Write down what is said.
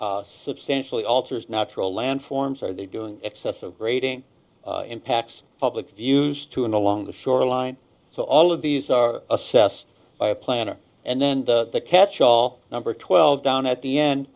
waters substantially alters natural landforms are they doing excessive grading impacts public views to and along the shoreline so all of these are assessed by a planner and then the catchall number twelve down at the end